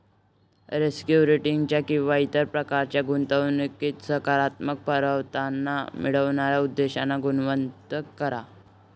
securities किंवा इतर प्रकारच्या गुंतवणुकीत सकारात्मक परतावा मिळवण्याच्या उद्देशाने गुंतवणूक करा